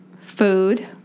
Food